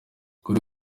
kuri